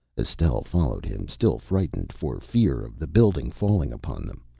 estelle followed him, still frightened for fear of the building falling upon them.